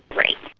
right.